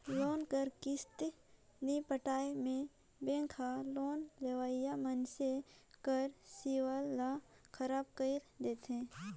loan कर किस्ती नी पटाए में बेंक हर लोन लेवइया मइनसे कर सिविल ल खराब कइर देथे